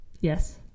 Yes